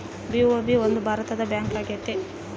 BOB ಒಂದು ಭಾರತದ bank ಆಗೈತೆ